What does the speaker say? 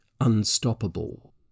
unstoppable